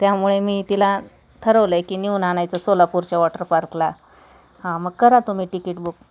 त्यामुळे मी तिला ठरवलं की नेऊन आणायचं सोलापूरच्या वॉटर पार्कला हां मग करा तुम्ही तिकीट बुक